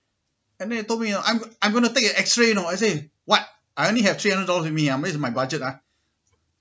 and then they told me I'm I'm going to take an X ray you know I said what I only have three hundred dollar with me ah beware of my budget ah